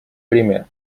время